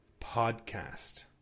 podcast